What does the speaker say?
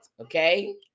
okay